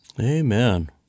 Amen